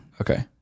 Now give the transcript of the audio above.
Okay